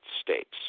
States